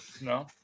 No